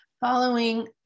following